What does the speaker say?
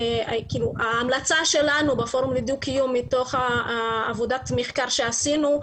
ההמלצה שלנו בפורום לדו-קיום מתוך עבודת מחקר שעשינו,